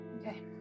Okay